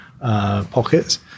pockets